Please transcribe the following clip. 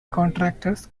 contractors